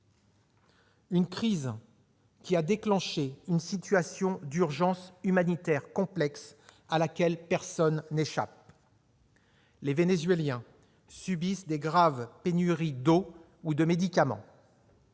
Cette crise a déclenché une situation d'urgence humanitaire complexe, à laquelle personne n'échappe. Les Vénézuéliens subissent de graves pénuries d'eau et de médicaments.